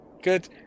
Good